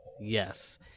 Yes